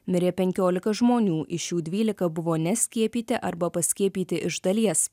mirė penkiolika žmonių iš jų dvylika buvo neskiepyti arba paskiepyti iš dalies